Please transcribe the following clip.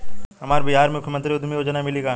हमरा बिहार मुख्यमंत्री उद्यमी योजना मिली का?